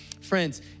Friends